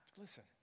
listen